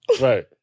Right